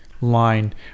line